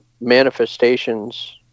manifestations